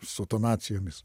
su tonacijomis